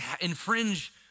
infringe